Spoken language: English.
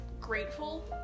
grateful